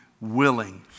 willing